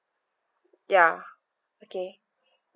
ya okay